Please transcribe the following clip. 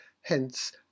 hence